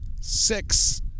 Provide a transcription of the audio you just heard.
Six